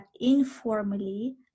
informally